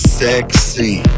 sexy